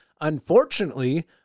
Unfortunately